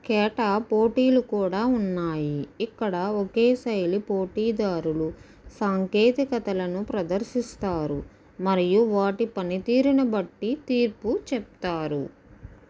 కేటా పోటీలు కూడా ఉన్నాయి ఇక్కడ ఒకే శైలి పోటీదారులు సాంకేతికతలను ప్రదర్శిస్తారు మరియు వాటి పనితీరును బట్టి తీర్పు చెప్తారు